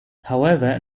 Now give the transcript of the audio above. however